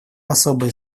особое